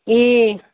ए